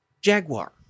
Jaguar